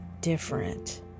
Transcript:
different